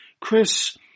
chris